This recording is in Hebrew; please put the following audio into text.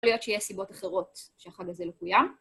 יכול להיות שיש סיבות אחרות אבל זה מדויק.